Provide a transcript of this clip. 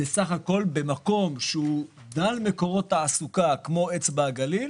במקום שהוא דל מקורות תעסוקה כמו אצבע הגליל